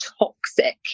toxic